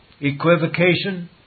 equivocation